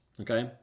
Okay